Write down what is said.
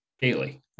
daily